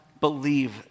believe